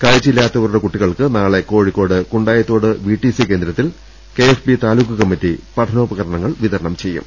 കാഴ് ചയില്ലാത്ത വരുടെ കുട്ടികൾക്ക് നാളെ Kozhikode Kundayithode V T C കേന്ദ്രത്തിൽ K F B taluk committee പഠനോപകരണങ്ങൾ വിതരണം ചെയ്യും